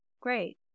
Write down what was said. Great